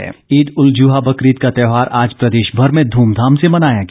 ईद ईद उल जुहा बकरीद का त्यौहार आज प्रदेशभर में धूम धाम से मनाया गया